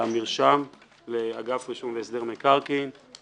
כאשר הרישום המתבקש הוא של יעודים שאינם יעודים ציבוריים לפי סעיף 188,